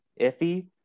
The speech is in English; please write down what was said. iffy